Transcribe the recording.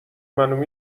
منو